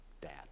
Dad